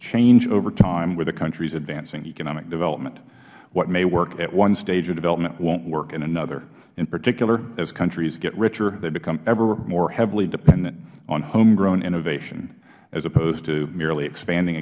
change over time with a country's advancing economic development what may work at one stage of development won't work in another in particular as countries get richer they become ever more heavily dependent on homegrown innovation as opposed to merely expanding